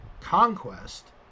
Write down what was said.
Conquest